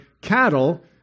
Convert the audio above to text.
cattle